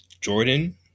Jordan